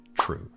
True